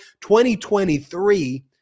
2023